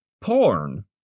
porn